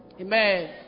amen